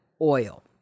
oil